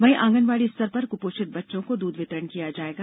वहीं आँगनवाड़ी स्तर पर कुपोषित बच्चों को दूध वितरण किया जायेगा